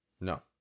No